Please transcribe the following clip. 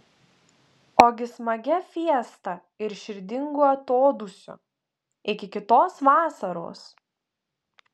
ogi smagia fiesta ir širdingu atodūsiu iki kitos vasaros